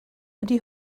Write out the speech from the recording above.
ydy